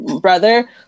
brother